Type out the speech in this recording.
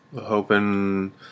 hoping